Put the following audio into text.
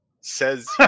says